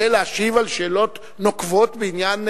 כדי להשיב על שאלות נוקבות בעניין,